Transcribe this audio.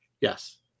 yes